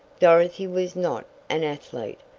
dorothy was not an athlete,